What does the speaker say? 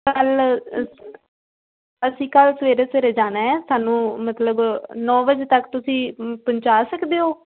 ਕੱਲ੍ਹ ਅਸੀਂ ਕੱਲ੍ਹ ਸਵੇਰੇ ਸਵੇਰੇ ਜਾਣਾ ਆ ਸਾਨੂੰ ਮਤਲਬ ਨੌਂ ਵਜੇ ਤੱਕ ਤੁਸੀਂ ਪਹੁੰਚਾ ਸਕਦੇ ਹੋ